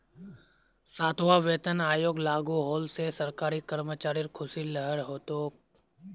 सातवां वेतन आयोग लागू होल से सरकारी कर्मचारिर ख़ुशीर लहर हो तोक